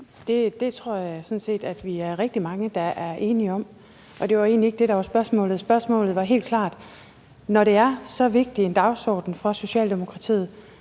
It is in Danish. Det tror jeg sådan set vi er rigtig mange der er enige om – og det var egentlig ikke det, der var spørgsmålet. Spørgsmålet var helt klart: Når det er så vigtig en dagsorden for Socialdemokratiet,